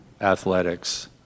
athletics